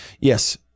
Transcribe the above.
Yes